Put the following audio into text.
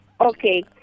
Okay